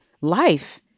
life